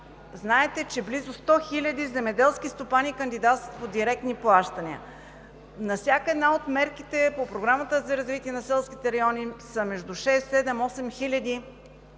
знаете, че близо 100 хиляди земеделски стопани кандидатстват по директни плащания за всяка една от мерките по Програмата за развитие на селските райони, които са между шест седем осем